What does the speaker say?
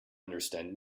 understand